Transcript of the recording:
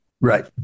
Right